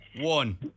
one